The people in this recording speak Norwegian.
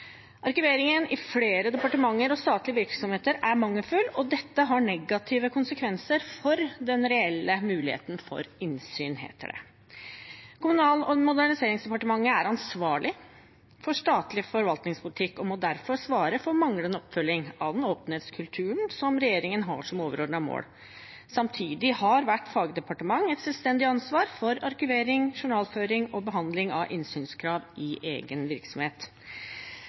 i flere departementer og statlige virksomheter er mangelfull, og dette har negative konsekvenser for den reelle muligheten for innsyn», heter det. Kommunal- og moderniseringsdepartementet er ansvarlig for statlig forvaltningspolitikk og må derfor svare for manglende oppfølging av den åpenhetskulturen som regjeringen har som overordnet mål. Samtidig har hvert fagdepartement et selvstendig ansvar for arkivering, journalføring og behandling av innsynskrav i egen virksomhet.